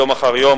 יום אחר יום,